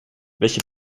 welche